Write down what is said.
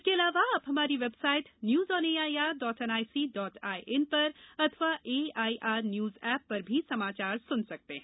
इसके अलावा आप हमारी website news on A I R dot N I C dot I N पर अथवा A I R news app पर भी समाचार सुन सकते हैं